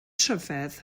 rhyfedd